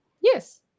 Yes